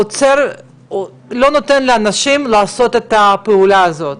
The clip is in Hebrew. עוצר או לא נותן לאנשים לעשות את הפעולה הזאת,